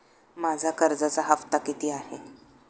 माझा कर्जाचा हफ्ता किती आहे?